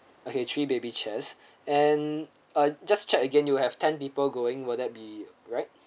okay three baby chairs and uh just check again you have ten people going will that be right